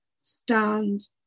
stand